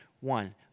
One